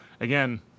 Again